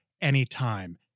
anytime